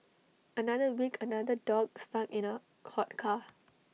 another week another dog stuck in A hot car